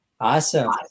Awesome